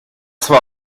zwar